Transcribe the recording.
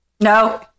No